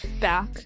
back